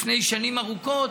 לפני שנים ארוכות,